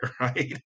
right